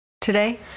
today